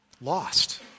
lost